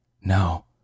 No